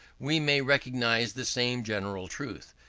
we may recognize the same general truth.